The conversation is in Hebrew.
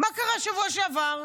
מה קרה שבוע שעבר?